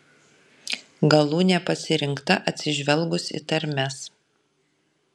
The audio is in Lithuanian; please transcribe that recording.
galūnė pasirinkta atsižvelgus į tarmes